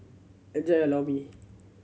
enjoy Lor Mee